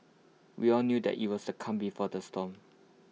we all knew that IT was the calm before the storm